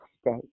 state